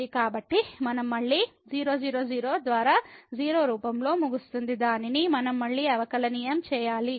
కాబట్టి మనం మళ్ళీ 0 0 0 ద్వారా 0 రూపంతో ముగుస్తుంది దానిని మనం మళ్ళీ అవకలనియం చేయాలి